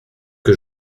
que